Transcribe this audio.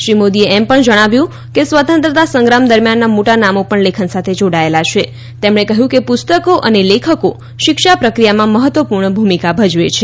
શ્રી મોદીએ એમ પણ જણાવ્યું હતુંકે સ્વતંત્ર્તા સંગ્રામ દરમિયાનનાં મોટા નામો પણ લેખન સાથે જોડાયેલાં કે તેમણે કહ્યુ કે પુસ્તકો અને લેખકો શિક્ષા પ્રક્રિયામાં મહત્વપૂર્ણ ભૂમિકા ભજવે છે